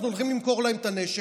אנחנו הולכים למכור להם את הנשק.